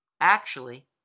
Actually